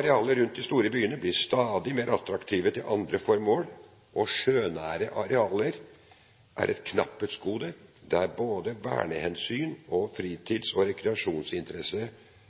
Arealer rundt de store byene blir stadig mer attraktive til andre formål, og sjønære arealer er et knapphetsgode der både vernehensyn og fritids- og rekreasjonsinteresser